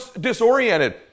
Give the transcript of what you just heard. disoriented